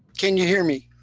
can you hear me?